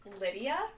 Lydia